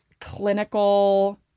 clinical